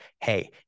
Hey